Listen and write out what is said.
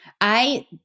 I-